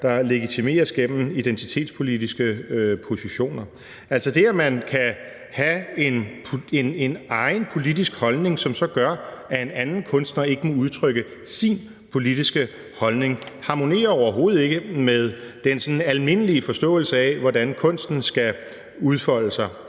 der legitimeres gennem identitetspolitiske positioner. Altså, det, at man kan have en egen politisk holdning, som så gør, at en anden kunstner ikke må udtrykke sin politiske holdning, harmonerer overhovedet ikke med den sådan almindelige forståelse af, hvordan kunsten skal udfolde sig.